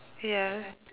ya